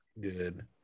good